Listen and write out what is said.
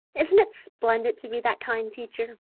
isn't it splendid to be that kind, teacher?